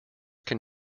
can